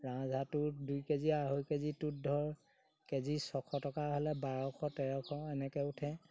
ৰাজাহাঁহটোত দুই কেজি আঢ়ৈ কেজিটোত ধৰ কেজি ছশ টকা হ'লে বাৰশ তেৰশ এনেকৈ উঠে